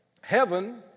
heaven